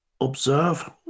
Observe